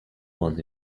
one